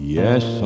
yes